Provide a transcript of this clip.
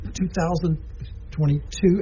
2022